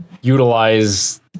utilize